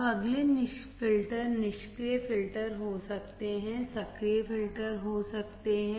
अब अगले फिल्टर निष्क्रिय फिल्टर हो सकते हैं सक्रिय फिल्टर हो सकते हैं